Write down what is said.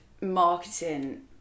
marketing